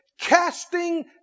Casting